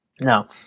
Now